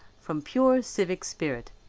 from pure civic spirit.